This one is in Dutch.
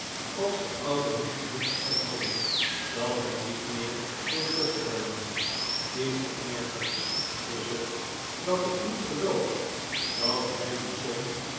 als de oude niet genoeg effect hadden dat hij niet meer kon loskomen lets opmerkelijks is het dat ik niet geloof dat hij die som